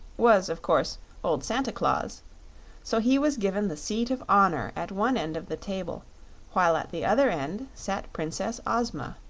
was of course old santa claus so he was given the seat of honor at one end of the table while at the other end sat princess ozma,